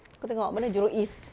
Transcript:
kau tengok mana jurong east